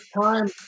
time